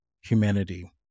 humanity